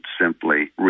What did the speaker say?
simply